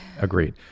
agreed